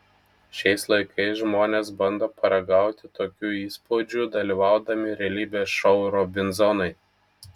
šiais laikais žmonės bando paragauti tokių įspūdžių dalyvaudami realybės šou robinzonai